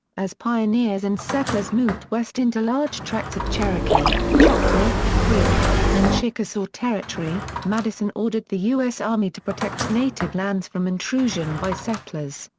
as pioneers and settlers moved west into large tracts of cherokee, choctaw, creek, and chickasaw territory, madison ordered the us army to protect native lands from intrusion by settlers,